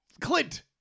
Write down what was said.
Clint